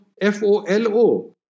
F-O-L-O